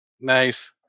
Nice